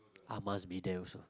I must be there also